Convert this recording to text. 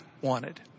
wanted